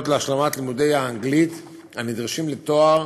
להשלמת לימודי האנגלית הנדרשים לתואר